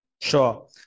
Sure